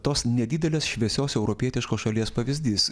tos nedidelės šviesios europietiškos šalies pavyzdys